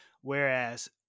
whereas